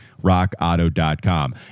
Rockauto.com